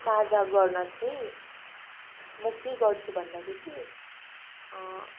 साझा गर्न चाहिँ म के गर्छु भन्दाखेरि